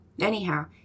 Anyhow